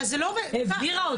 העבירה אותו.